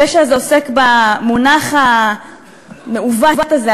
הפשע הזה עוסק במונח המעוות הזה,